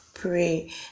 Pray